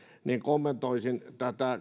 niin kommentoisin